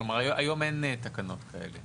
כלומר, היום אין תקנות כאלה?